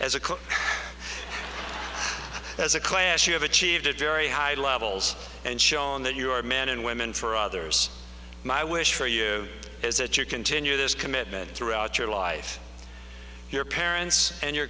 club as a class you have achieved a very high levels and shown that you are men and women for others my wish for you is that you continue this commitment throughout your life your parents and your